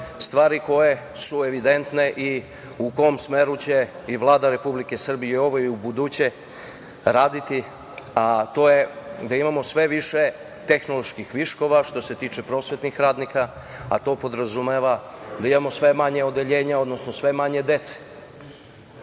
stvari koje su evidentne i u kom smeru će i Vlada Republike Srbije, ova i u buduće raditi, a to je da imamo sve više tehnoloških viškova što se tiče prosvetnih radnika, a to podrazumeva da imamo sve manje odeljenja, odnosno sve manje